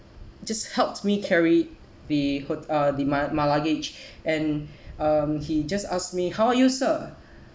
just helped me carry the ho~ uh the my my luggage and um he just asked me how are you sir